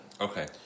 Okay